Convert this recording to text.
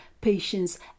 patience